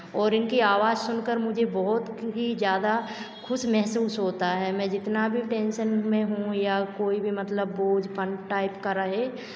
और इनकी अवाज सुनकर मुझे बहुत ही ज़्यादा खुश महसूस होता है में जितना भी टेन्शन में हूँ या कोई भी मतलब बोझपन टाइप का रहे